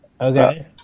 Okay